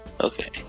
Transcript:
Okay